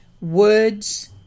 words